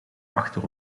achter